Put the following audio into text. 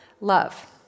love